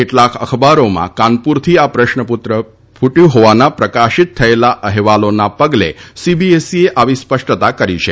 કેટલાક અખબારોમાં કાનપુરથી આ પ્રશ્નપત્ર ફૂટયું હોવાના પ્રકાશિત થયેલા અહેવાલોના પગલે સીબીએસઇ એ આવી સ્પષ્ટતા કરી છે